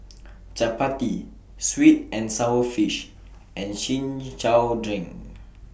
Chappati Sweet and Sour Fish and Chin Chow Drink